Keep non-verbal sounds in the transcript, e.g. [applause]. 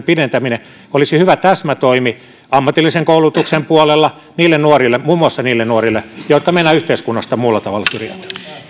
[unintelligible] pidentäminen olisi hyvä täsmätoimi ammatillisen koulutuksen puolella muun muassa niille nuorille jotka meinaavat yhteiskunnasta muulla tavalla syrjäytyä